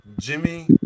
Jimmy